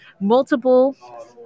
Multiple